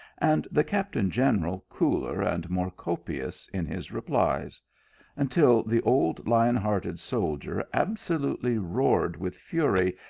and the captain-general cooler and more copious in his replies until the old lion-hearted soldier absolutely roared with fury,